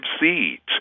seeds